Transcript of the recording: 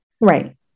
Right